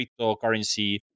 cryptocurrency